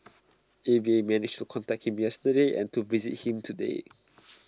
A V A managed to contact him yesterday and to visit him today